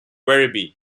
werribee